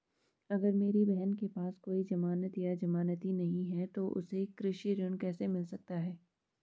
अगर मेरी बहन के पास कोई जमानत या जमानती नहीं है तो उसे कृषि ऋण कैसे मिल सकता है?